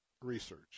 research